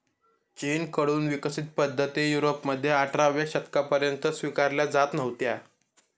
चीन कडून विकसित पद्धती युरोपमध्ये अठराव्या शतकापर्यंत स्वीकारल्या जात नव्हत्या